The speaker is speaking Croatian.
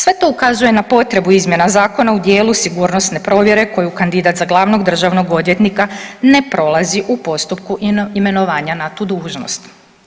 Sve to ukazuje na potrebu izmjena zakona u dijelu sigurnosne provjere koju kandidat za glavnog državnog odvjetnika ne prolazi u postupku imenovanja na tu dužnost.